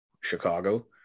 Chicago